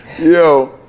Yo